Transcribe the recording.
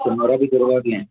शंबरा भितर बी गावतलें